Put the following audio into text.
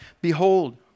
Behold